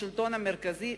בשלטון המרכזי,